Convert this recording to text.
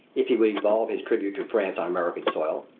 if he would evolve his tribute to france on american soil.